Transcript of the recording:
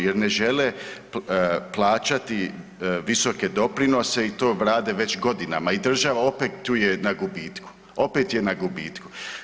Jer ne žele plaćati visoke doprinose i to rade već godinama i država opet tu je na gubitku, opet je na gubitku.